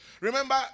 Remember